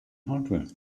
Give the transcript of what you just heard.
hardware